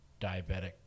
diabetic